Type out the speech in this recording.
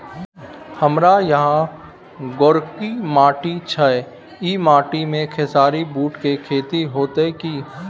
हमारा यहाँ गोरकी माटी छै ई माटी में खेसारी, बूट के खेती हौते की?